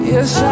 Yes